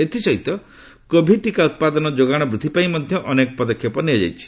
ଏଥିସହିତ କୋଭିଡ୍ ଟିକା ଉତ୍ପାଦନ ଯୋଗାଣ ବୂଦ୍ଧି ପାଇଁ ମଧ୍ୟ ଅନେକ ପଦକ୍ଷେପ ନିଆଯାଇଛି